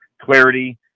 clarity